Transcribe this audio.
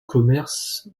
commerce